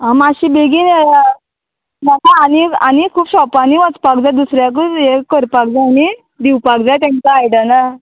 आं मात्शी बेगीन येया म्हाका आनी आनी खूब शॉपांनी वचपाक जाय दुसऱ्याकूय हें करपाक जाय न्ही दिवपाक जाय तेंका आयदनां